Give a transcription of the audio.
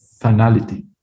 finality